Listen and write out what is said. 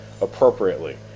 appropriately